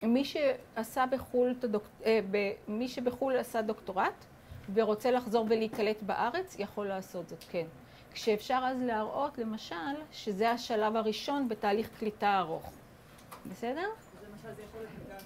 מי שעשה בחול, מי שבחול עשה דוקטורט ורוצה לחזור ולהיקלט בארץ, יכול לעשות זאת, כן. כשאפשר אז להראות, למשל, שזה השלב הראשון בתהליך קליטה ארוך. בסדר?